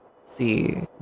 see